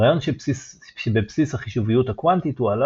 הרעיון שבבסיס החישוביות הקוונטית הועלה